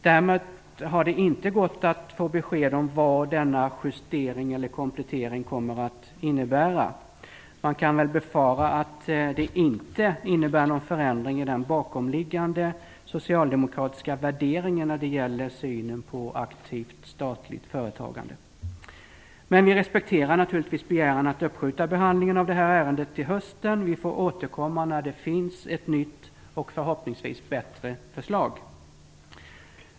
Däremot har det inte gått att få besked om vad denna justering eller komplettering kommer att innebära. Man kan befara att det inte innebär någon förändring i den bakomliggande socialdemokratiska värderingen när det gäller synen på aktivt statligt företagande. Men vi respekterar naturligtvis begäran att uppskjuta behandlingen av ärendet till hösten. Vi återkommer när det finns ett nytt och förhoppningsvis bättre förslag.